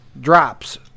drops